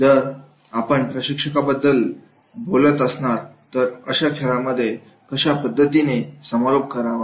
जर आपण प्रशिक्षकाबद्दल बोलत असणार तर अशा खेळामध्ये कशा पद्धतीने समारोप करावा